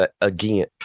Again